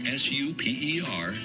super